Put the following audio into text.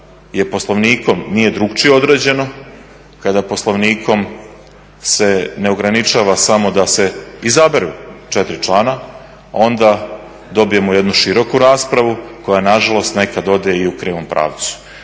kada Poslovnikom se ne ograničava samo da se izaberu četiri člana onda dobijemo jednu široku raspravu koja nažalost nekad ode i u krivom pravcu.